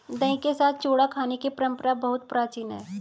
दही के साथ चूड़ा खाने की परंपरा बहुत प्राचीन है